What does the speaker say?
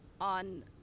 on